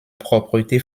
propreté